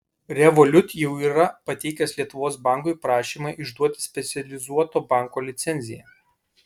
revolut jau yra pateikęs lietuvos bankui prašymą išduoti specializuoto banko licenciją